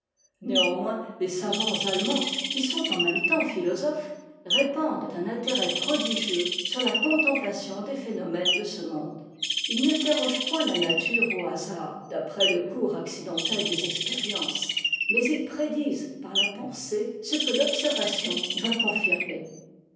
néanmoins les savants allemands qui sont en même temps philosophes répandent un intérêt prodigieux sur la contemplation des phénomènes de ce monde ils n'interrogent point la nature au hasard d'après le cours accidentel des expériences mais ils prédisent par la pensée ce que l'observation doit confirmer